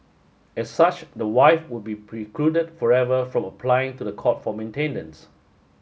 as such the wife would be precluded forever from applying to the court for maintenance